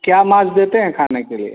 क्या मांस देते हैं खाने के लिए